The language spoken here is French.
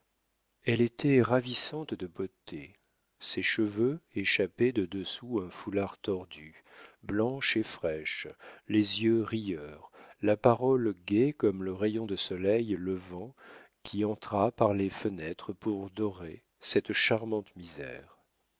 elle était ravissante de beauté ses cheveux échappés de dessous un foulard tordu blanche et fraîche les yeux rieurs la parole gaie comme le rayon de soleil levant qui entra par les fenêtres pour dorer cette charmante misère